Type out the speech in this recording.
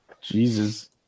Jesus